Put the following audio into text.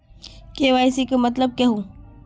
KYC के मतलब केहू?